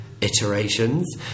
iterations